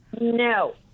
No